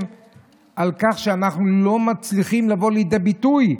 מכך שאנחנו לא מצליחים לבוא לידי ביטוי,